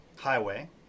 highway